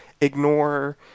ignore